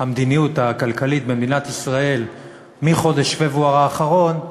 המדיניות הכלכלית במדינת ישראל מחודש פברואר האחרון,